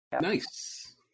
Nice